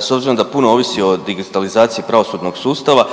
s obzirom da puno ovisi o digitalizaciji pravosudnog sustava